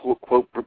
quote